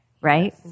right